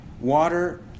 water